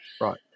right